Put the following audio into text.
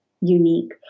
unique